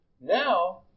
Now